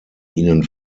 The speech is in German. ihnen